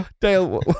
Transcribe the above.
Dale